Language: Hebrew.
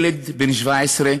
ילד בן 17,